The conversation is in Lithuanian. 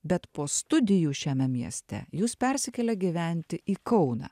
bet po studijų šiame mieste jūs persikeliat gyventi į kauną